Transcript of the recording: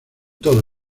todo